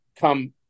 come